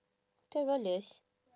twelve dollars